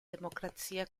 democrazia